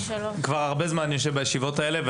כבר הרבה זמן אני יושב בישיבות האלה.